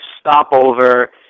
stopover